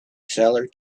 seller